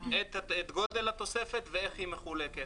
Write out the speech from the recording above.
את גודל התוספת ואיך היא מחולקת.